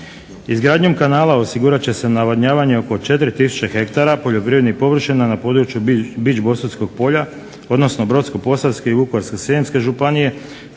Izgradnjom kanala osigurat će se navodnjavanje oko 4 tisuće hektara poljoprivrednih površina na području Biđ bosutskog polja, odnosno Brodsko-posavske i Vukovarsko-srijemske županije,